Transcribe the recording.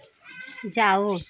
जाओ